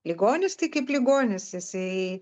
ligonis tai kaip ligonis jisai